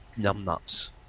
numbnuts